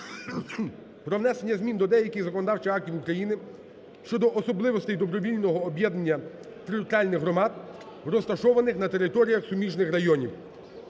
про внесення змін до деяких законодавчих актів України щодо особливостей добровільного об'єднання територіальних громад, розташованих на територіях суміжних районів.